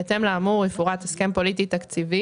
בהתאם לאמור יפורט הסכם פוליטי תקציבי